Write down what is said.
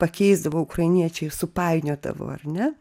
pakeisdavo ukrainiečiai supainiodavo ar ne